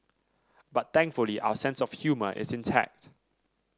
but thankfully our sense of humour is intact